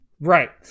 Right